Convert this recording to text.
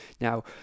now